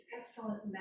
excellent